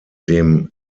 dem